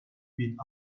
bin